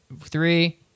three